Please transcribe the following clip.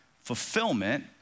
fulfillment